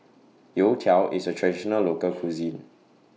Youtiao IS A Traditional Local Cuisine